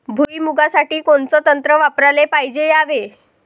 भुइमुगा साठी कोनचं तंत्र वापराले पायजे यावे?